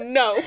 no